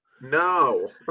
No